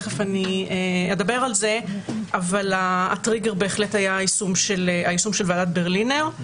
אבל הטריגר בהחלט היה יישום של ועדת ברלינר.